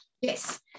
Yes